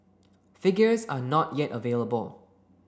figures are not yet available